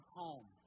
home